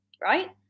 Right